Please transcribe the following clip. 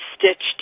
stitched